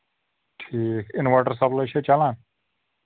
ٹھیٖک inverter supply چھا چَلان